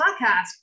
Podcast